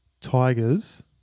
Tigers